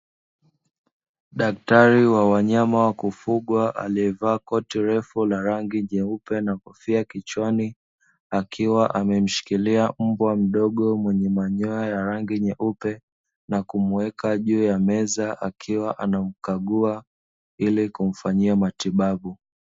Daktari wa wanyama wa kufugwa aliye vaa koti refu la rangi nyeupe na kofia kichwani, akiwa amemshikilia mbwa mdogo mwenye manyoya ya rangi nyeupe, na kumuweka juu ya meza akiwa anamkagua ili kumfanyia matibabu.